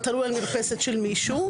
תלוי על מרפסת של מישהו,